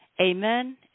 Amen